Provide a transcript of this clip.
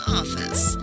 office